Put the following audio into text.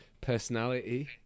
personality